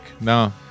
No